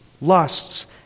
lusts